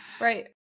right